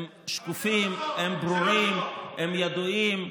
הם שקופים, הם ברורים, הם ידועים.